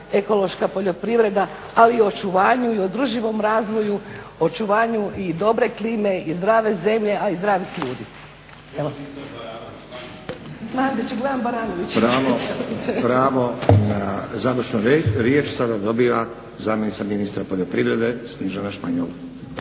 ekološka poljoprivreda, ali i očuvanju i održivom razvoju, očuvanju i dobre klime i zdrave zemlje, a i zdravih ljudi.